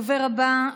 עוד פעם,